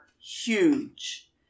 huge